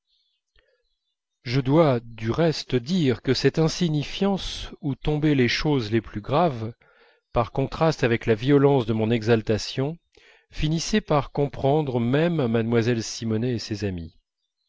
je dois du reste dire que cette insignifiance où tombaient les choses les plus graves par contraste avec la violence de mon exaltation finissait par comprendre même mlle simonet et ses amies